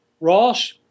Ross